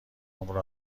عمر